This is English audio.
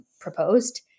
proposed